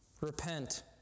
Repent